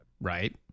Right